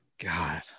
God